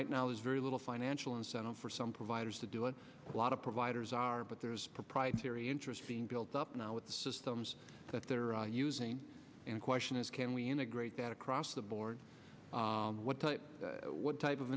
right now is very little financial incentive for some providers to do it a lot of providers are but there is proprietary interest being built up now with the systems that they're using and question is can we integrate that across the board what type what type of